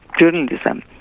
journalism